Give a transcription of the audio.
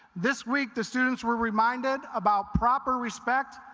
this week the students were reminded about proper respect